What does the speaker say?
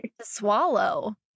swallow